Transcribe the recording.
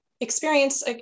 Experience